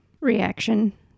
reaction